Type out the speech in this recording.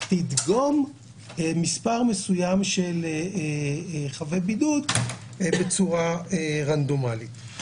תדגום מספר מסוים של חבי בידוד בצורה רנדומלית.